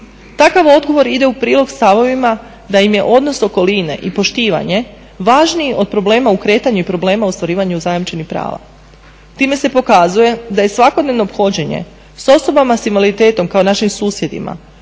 Takav odgovor ide u prilog stavovima da im je odnos okoline i poštivanje važniji od problema u kretanju i problema u ostvarivanju zajamčenih prava. Time se pokazuje da je svakodnevno ophođenje s osobama s invaliditetom kao našim susjedima,